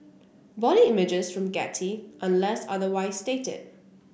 body images from Getty unless otherwise stated